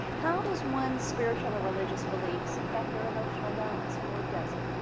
how does one's spiritual or religious beliefs affect their emotional wellness, or does it?